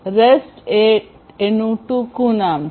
REST એ એક ટૂંકું નામ છે